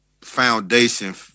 foundation